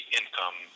income